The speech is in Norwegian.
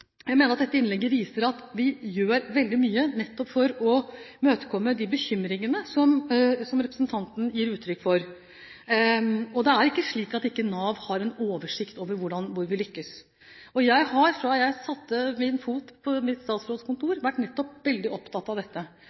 jeg mener dette innlegget viser at vi gjør veldig mye nettopp for å imøtekomme de bekymringene som representanten gir uttrykk for. Det er ikke slik at Nav ikke har en oversikt over hvordan og hvor vi lykkes. Jeg har fra jeg satte min fot på mitt statsrådskontor, vært veldig opptatt av nettopp dette.